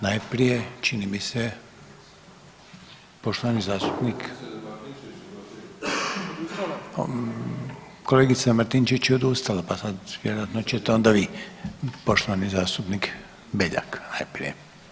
Najprije čini mi se poštovani zastupnik … [[Upadica iz klupe se ne razumije]] kolegica Martinčević je odustala, pa sad vjerojatno ćete onda vi, poštovani zastupnik Beljak najprije.